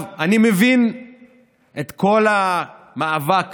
אני מבין את כל המאבק